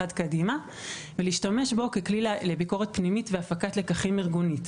קדימה ולהשתמש בו ככלי לביקורת פנימית והפקת לקחים ארגונית.